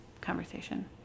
conversation